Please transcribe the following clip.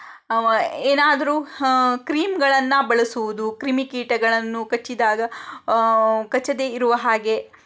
ಏನಾದರೂ ಕ್ರೀಮ್ಗಳನ್ನು ಬಳಸುವುದು ಕ್ರಿಮಿ ಕೀಟಗಳನ್ನು ಕಚ್ಚಿದಾಗ ಕಚ್ಚದೇ ಇರುವ ಹಾಗೆ